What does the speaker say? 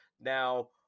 now